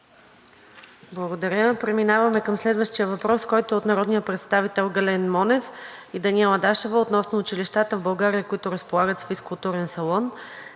Благодаря. Преминаваме към следващия въпрос, който е от народния представител Гален Монев и Даниела Дашева относно училищата в България, които разполагат с физкултурен салон.